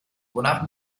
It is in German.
wonach